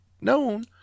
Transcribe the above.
known